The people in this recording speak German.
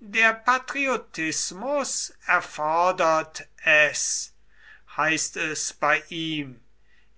der patriotismus erfordert es heißt es bei ihm